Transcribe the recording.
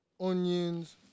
onions